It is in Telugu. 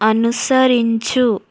అనుసరించు